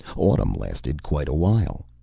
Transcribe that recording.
autumn lasted quite a while.